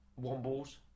Wombles